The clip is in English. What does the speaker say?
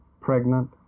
pregnant